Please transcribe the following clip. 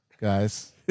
guys